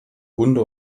hunde